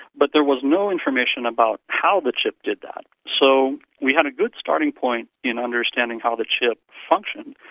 but there was no information about how the chip did that. so we had a good starting point in understanding how the chip functioned,